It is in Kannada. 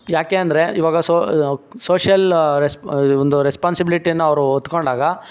ಏಕೆಂದ್ರೆ ಈವಾಗ ಸೋಷಿಯಲ್ ರೆಸ್ ಒಂದು ರೆಸ್ಪಾನ್ಸಿಬಿಲಿಟಿಯನ್ನು ಅವರು ಹೊತ್ಕೊಂಡಾಗ